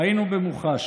ראינו במוחש